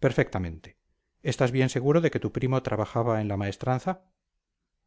perfectamente estás bien seguro de que tu primo trabajaba en la maestranza